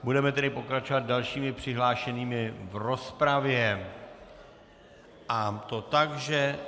Budeme tedy pokračovat dalšími přihlášenými v rozpravě, a to tak, že...